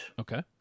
Okay